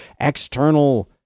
external